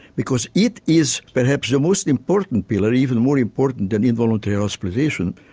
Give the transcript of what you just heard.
because it is perhaps the most important pillar, even more important than involuntary hospitalisation,